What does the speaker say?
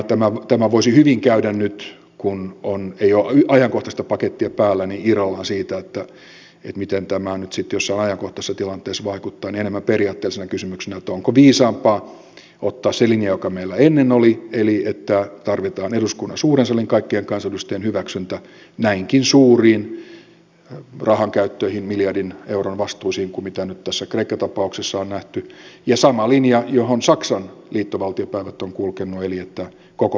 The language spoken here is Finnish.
tämän voisi hyvin käydä nyt kun ei ole ajankohtaista pakettia päällä irrallaan siitä miten tämä sitten jossain ajankohtaisessa tilanteessa vaikuttaa enemmän periaatteellisena kysymyksenä että onko viisaampaa ottaa se linja joka meillä ennen oli eli että tarvitaan eduskunnan suuren salin kaikkien kansanedustajien hyväksyntä näinkin suuriin rahankäyttöihin miljardin euron vastuisiin niin kuin nyt tässä kreikka tapauksessa on nähty ja sama linja johon saksan liittovaltiopäivät on kulkenut eli että koko parlamentti on mukana